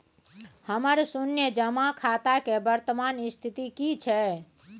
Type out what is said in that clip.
हमर शुन्य जमा खाता के वर्तमान स्थिति की छै?